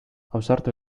ausartu